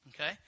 okay